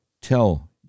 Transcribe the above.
tell